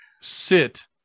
sit